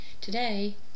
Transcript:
Today